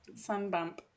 Sunbump